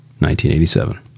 1987